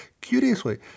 Curiously